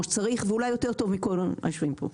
שצריך ואולי יותר טוב מכל היושבים פה.